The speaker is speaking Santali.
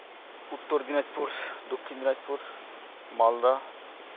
ᱩᱛᱛᱚᱨ ᱫᱤᱱᱟᱡᱽᱯᱩᱨ ᱫᱚᱠᱠᱷᱤᱱ ᱫᱤᱱᱟᱡᱽᱯᱩᱨ ᱢᱟᱞᱫᱟ